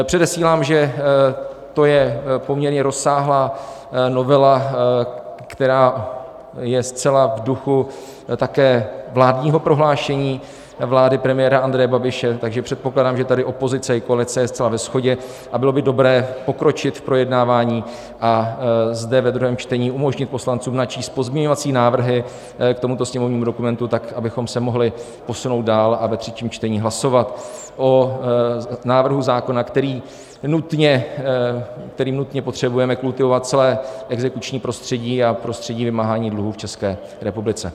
Předesílám, že to je poměrně rozsáhlá novela, která je zcela v duchu také vládního prohlášení vlády premiéra Andreje Babiše, takže předpokládám, že tady je opozice i koalice zcela ve shodě, a bylo by dobré pokročit v projednávání a zde ve druhém čtení umožnit poslancům načíst pozměňovací návrhy k tomuto sněmovnímu dokumentu tak, abychom se mohli posunout dát a ve třetím čtení hlasovat o návrhu zákona, kterým nutně potřebujeme kultivovat celé exekuční prostředí a prostředí vymáhání dluhů v České republice.